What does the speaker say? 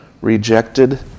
rejected